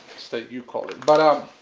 steak, you call it. but